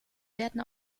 werden